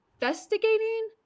investigating